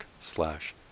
slash